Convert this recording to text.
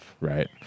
Right